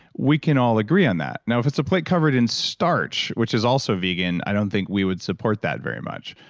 we can all agree on that. now if it's a plate covered in starch, which is also vegan, i don't think we would support that very much,